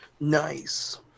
Nice